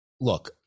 look